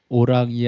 orang